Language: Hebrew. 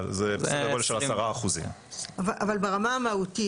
זה סדר גודל של 10%. אבל ברמה המהותית,